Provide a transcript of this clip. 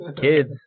kids